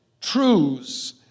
truths